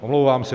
Omlouvám se.